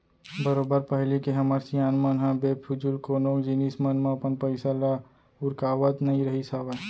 बरोबर पहिली के हमर सियान मन ह बेफिजूल कोनो जिनिस मन म अपन पइसा ल उरकावत नइ रहिस हावय